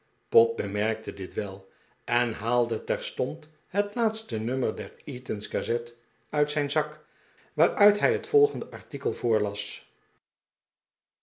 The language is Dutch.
pott bemerkte dit wel en haalde terstond het laatste nummer der eatanswill gazette uit zijn zak waaruit hij het volgende artikel voorlas